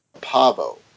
Pavo